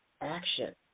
action